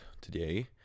today